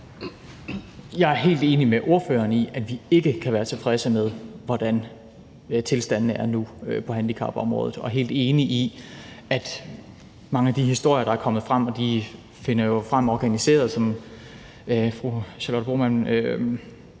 Jeg er helt enig med ordføreren i, at vi ikke kan være tilfredse med, hvordan tilstandene er nu på handicapområdet. Jeg er helt enig i, at mange af de historier, der er kommet frem – og de finder jo frem organiseret, som fru Charlotte Broman